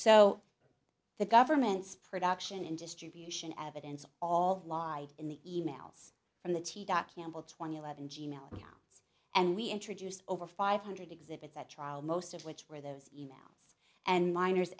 so the government's production and distribution evidence all lie in the e mails from the t dot campbell twenty eleven g mail accounts and we introduced over five hundred exhibits at trial most of which were those emails and minors